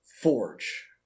Forge